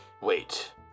Wait